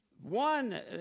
one